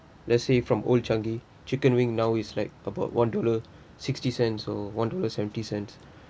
let's say from old chang kee chicken wing now is like about one dollar sixty cents or one dollar seventy cents